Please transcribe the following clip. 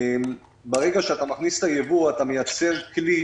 ברגע שאתה מכניס ייבוא אתה מייצר כלי